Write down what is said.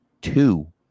two